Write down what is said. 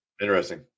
Interesting